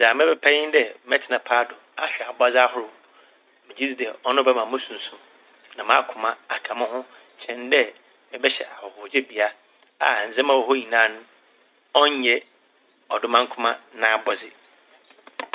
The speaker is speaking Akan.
Dza mebɛpɛ nye dɛ mɛtsena paado ahwɛ abɔdze ahorow. Megye dzi dɛ ɔno bɛma mo sunsum na m'akoma aka mo ho kyɛn dɛ mebɛhyɛ ahɔhogyebea a ndzɛmba ɔwɔ hɔ nyinaa ɔnnyɛ Ɔdomankoma n'abɔdze.